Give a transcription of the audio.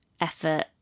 effort